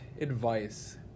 advice